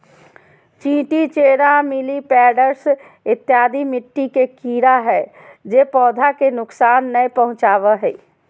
चींटी, चेरा, मिलिपैड्स इत्यादि मिट्टी के कीड़ा हय जे पौधा के नुकसान नय पहुंचाबो हय